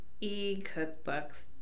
e-cookbooks